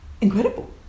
incredible